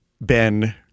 Ben